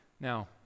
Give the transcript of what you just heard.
Now